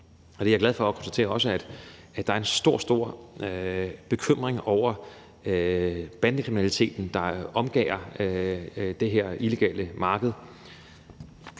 og det er jeg glad for at kunne konstatere – en stor, stor bekymring over bandekriminaliteten, der omgærder det her illegale marked.